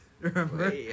Remember